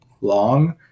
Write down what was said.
long